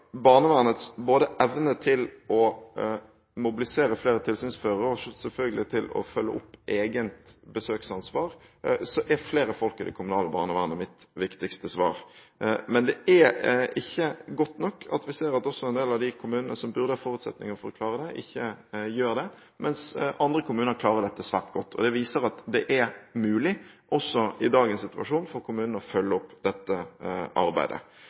barnevernets evne til både å mobilisere flere tilsynsførere og selvfølgelig til å følge opp eget besøksansvar, er flere folk i det kommunale barnevernet mitt viktigste svar. Men det er ikke godt nok at vi ser at også en del av de kommunene som burde ha forutsetninger for å klare det, ikke gjør det, mens andre kommuner klarer dette svært godt. Det viser at det er mulig, også i dagens situasjon, for kommunene å følge opp dette arbeidet.